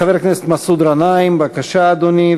חבר הכנסת מסעוד גנאים, בבקשה, אדוני.